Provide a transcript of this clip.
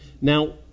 Now